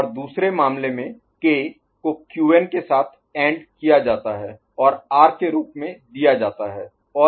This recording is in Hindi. और दूसरे मामले में K को Qn के साथ एंड किया जाता है और R के रूप में दीया जाता है